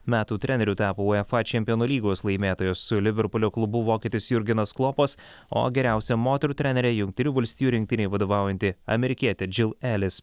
metų treneriu tapo uefa čempionų lygos laimėtojas su liverpulio klubu vokietis jurgenas klopas o geriausia moterų trenere jungtinių valstijų rinktinei vadovaujanti amerikietė džil elis